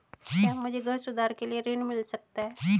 क्या मुझे घर सुधार के लिए ऋण मिल सकता है?